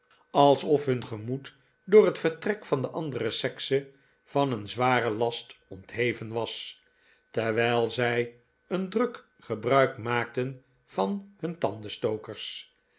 alsof hun gemoed door het vertrek van de andere sekse van een zwaren last ontheven was terwijl zij een druk gebruik maakten van hun